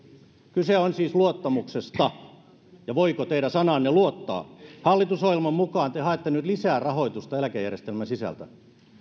kyse on siis luottamuksesta ja siitä voiko teidän sanaanne luottaa hallitusohjelman mukaan te haette nyt lisää rahoitusta eläkejärjestelmän sisältä